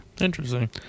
Interesting